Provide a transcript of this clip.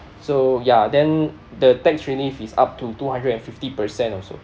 so ya then the tax relief is up to two hundred and fifty percent also